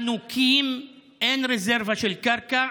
חנוקים, אין רזרבה של קרקע.